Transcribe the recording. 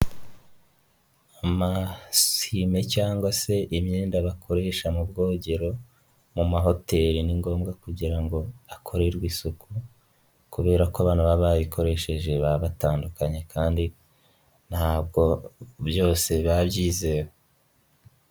Amasuyime cyangwa se imyenda bakoresha mu bwogero, mu mahoteli ni ngombwa kugira ngo akorerwe isuku kubera ko abantu baba bayikoresheje baba batandukanye kandi ntabwo byose biba byizewe.